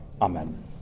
Amen